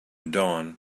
dawn